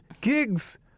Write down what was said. gigs